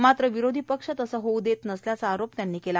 मात्र विरोधी पक्ष तसं होऊ देत नसल्याचा आरोप जावडेकर यांनी केला